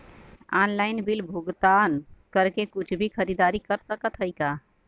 Online bill भुगतान करके कुछ भी खरीदारी कर सकत हई का?